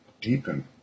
deepen